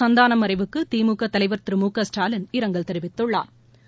சந்தானம் மறைவுக்கு திமுக தலைவர் திரு மு க ஸ்டாலின் இரங்கல் தெரிவித்துள்ளாா்